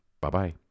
Bye-bye